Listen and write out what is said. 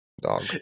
dog